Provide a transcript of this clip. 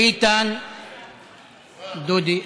ביטן, דודי,